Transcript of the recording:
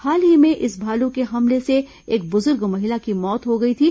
हाल ही में इस भालू के हमले से एक बुजुर्ग महिला की मौत हो गई थी